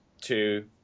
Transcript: two